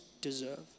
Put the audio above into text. deserve